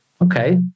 okay